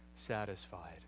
Satisfied